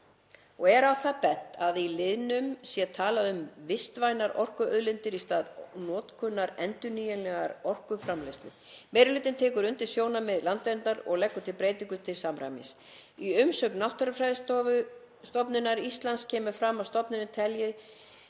og er á það bent að í liðnum sé talað um vistvænar orkuauðlindir í stað notkunar endurnýjanlegrar orkuframleiðslu. Meiri hlutinn tekur undir sjónarmið Landverndar og leggur til breytingu til samræmis. Í umsögn Náttúrufræðistofnunar Íslands kemur fram að stofnunin telji